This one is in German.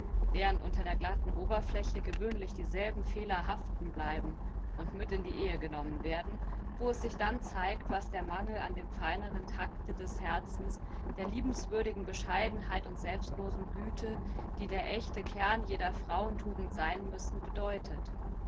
während unter der glatten oberfläche gewöhnlich dieselben fehler haften bleiben und mit in die ehe genommen werden wo es sich dann zeigt was der mangel an dem feineren tacte des herzens der liebenswürdigen bescheidenheit und selbstlosen güte die der ächte kern jeder frauentugend sein müssen bedeutet